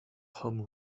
home